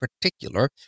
PARTICULAR